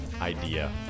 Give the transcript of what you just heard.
idea